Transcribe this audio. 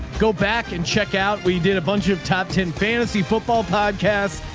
go back and check out. we did a bunch of top ten fantasy football podcast,